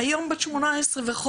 היום היא בת 18 וחודש,